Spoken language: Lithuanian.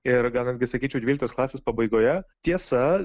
ir gal netgi sakyčiau dvyliktos klasės pabaigoje tiesa